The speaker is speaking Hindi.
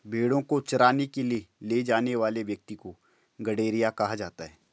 भेंड़ों को चराने के लिए ले जाने वाले व्यक्ति को गड़ेरिया कहा जाता है